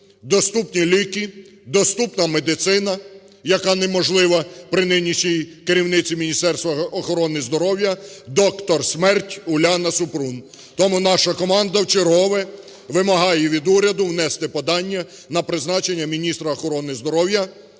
доступні ліки, доступна медицина, яка неможлива при нинішній керівниці Міністерства охорони здоров'я – "доктор-смерть" Уляна Супрун. Тому наша команда вчергове вимагає від уряду внести подання на призначення міністра охорони здоров'я.